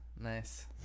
Nice